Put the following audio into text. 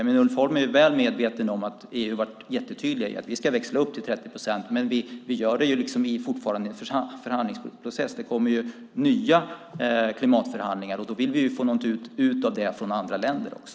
Men Ulf Holm är väl medveten om att EU har varit mycket tydligt med att vi ska växla upp till 30 procent, men det är fortfarande en förhandlingsprocess. Det kommer nya klimatförhandlingar, och där vill vi få någonting ut av de andra länderna också.